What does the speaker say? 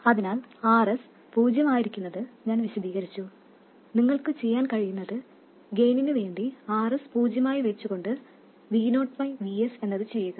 അതിനാൽ Rs പൂജ്യമായിരിക്കുന്നത് ഞാൻ വിശദീകരിച്ചു നിങ്ങൾക്ക് ചെയ്യാൻ കഴിയുന്നത് ഗെയിനിനു വേണ്ടി Rs പൂജ്യമായി വച്ചുകൊണ്ട് V0 by Vs എന്നത് ചെയ്യുക